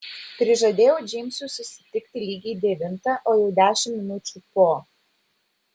prižadėjau džeimsui susitikti lygiai devintą o jau dešimt minučių po